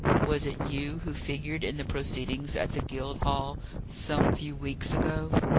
was it you who figured in the proceedings at the guildhall some few weeks ago?